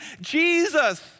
Jesus